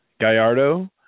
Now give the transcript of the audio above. Gallardo